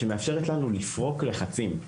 שמאפשרת לנו לפרוק לחצים.